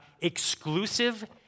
exclusive